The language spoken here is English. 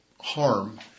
harm